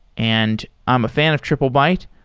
and i'm a fan of triplebyte.